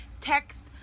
Text